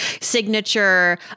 signature